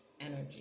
energy